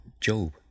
Job